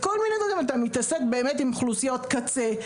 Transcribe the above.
אתה מתעסק באמת עם אוכלוסיות קצה,